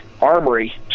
armory